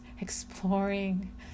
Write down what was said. exploring